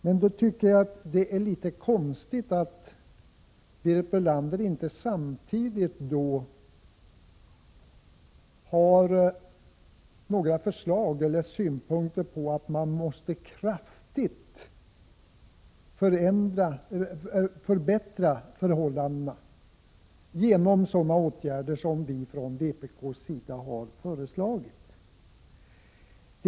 Men då tycker jag det är litet konstigt att Berit Bölander inte samtidigt har några förslag eller synpunkter på att man måste kraftigt förbättra förhållandena genom sådana åtgärder som vi från vpk har föreslagit.